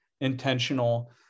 intentional